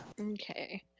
Okay